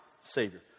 savior